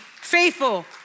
faithful